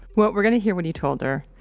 well, we're going to hear what he told her.